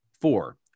Four